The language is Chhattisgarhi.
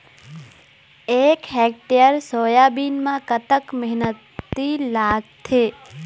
एक हेक्टेयर सोयाबीन म कतक मेहनती लागथे?